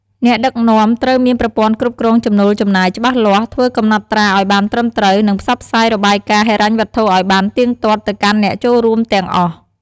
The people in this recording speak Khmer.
អ្នកដឹកនាំត្រូវមានប្រព័ន្ធគ្រប់គ្រងចំណូលចំណាយច្បាស់លាស់ ធ្វើកំណត់ត្រាឱ្យបានត្រឹមត្រូវ និងផ្សព្វផ្សាយរបាយការណ៍ហិរញ្ញវត្ថុឲ្យបានទៀងទាត់ទៅកាន់អ្នកចូលរួមទាំងអស់។